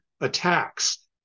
attacks